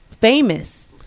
famous